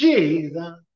Jesus